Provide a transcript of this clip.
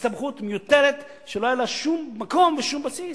זו הסתבכות מיותרת שלא היה לה שום מקום ושום בסיס.